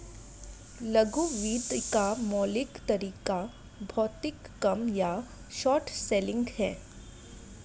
लघु वित्त का मौलिक तरीका भौतिक कम या शॉर्ट सेलिंग है